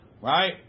Right